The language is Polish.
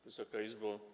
Wysoka Izbo!